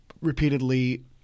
repeatedly